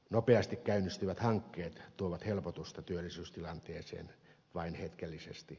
nopeasti käynnistyvät hankkeet tuovat helpotusta työllisyystilanteeseen vain hetkellisesti